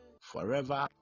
forever